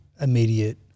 immediate